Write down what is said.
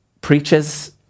preaches